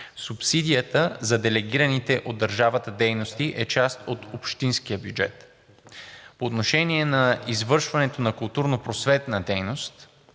субсидията за делегираните от държавата дейности и е част от общинския бюджет. По отношение извършването на културно-просветна дейност